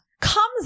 comes